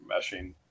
meshing